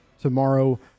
tomorrow